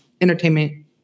entertainment